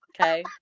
Okay